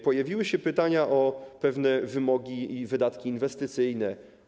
Pojawiły się pytania o pewne wymogi i wydatki inwestycyjne.